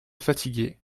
fatiguer